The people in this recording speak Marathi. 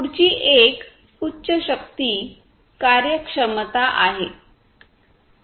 पुढची एक उच्च शक्ती कार्यक्षमता आहे